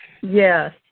Yes